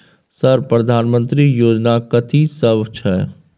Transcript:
Sir प्रधानमंत्री योजना कथि सब छै?